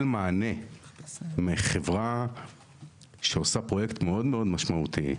מענה מחברה שעושה פרויקט מאוד מאוד משמעותי,